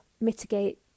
mitigate